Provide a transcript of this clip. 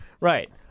Right